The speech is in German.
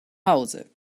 hause